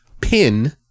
pin